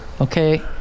Okay